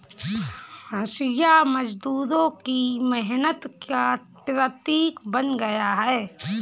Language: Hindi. हँसिया मजदूरों की मेहनत का प्रतीक बन गया है